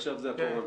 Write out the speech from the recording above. עכשיו זאת הקורונה.